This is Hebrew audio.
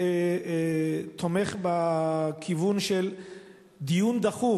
תומך בכיוון של דיון דחוף.